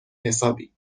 حسابی